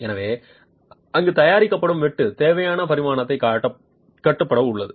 எனவே அங்கு தயாரிக்கப்படும் வெட்டுக்குத் தேவையான பரிமாணக் கட்டுப்பாடு உள்ளது